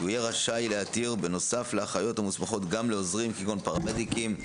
הוא יהיה רשאי להתיר בנוסף לאחיות המוסמכות גם לעוזרים כגון פרמדיקים,